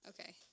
Okay